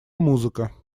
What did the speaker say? музыка